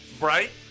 Right